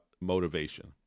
motivation